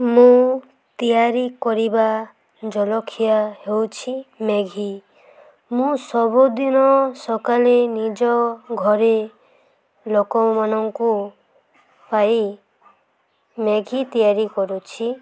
ମୁଁ ତିଆରି କରିବା ଜଳଖିଆ ହେଉଛି ମ୍ୟାଗି ମୁଁ ସବୁଦିନ ସକାଳେ ନିଜ ଘରେ ଲୋକମାନଙ୍କୁ ପାଇଁ ମ୍ୟାଗି ତିଆରି କରୁଛି